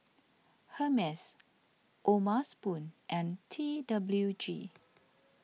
Hermes O'ma Spoon and T W G